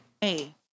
Hey